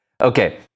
Okay